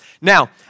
Now